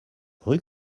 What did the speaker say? rue